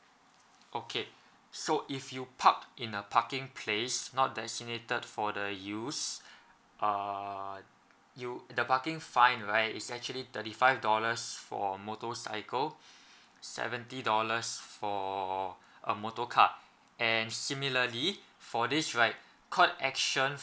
okay so if you park in a parking place not designated for the use uh you the parking fine right is actually thirty five dollars for motorcycle seventy dollars for or a motor car and similarly for this right court action